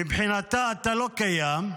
מבחינתה אתה לא קיים,